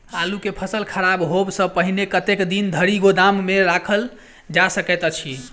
आलु केँ फसल खराब होब सऽ पहिने कतेक दिन धरि गोदाम मे राखल जा सकैत अछि?